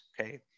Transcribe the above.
okay